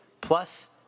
plus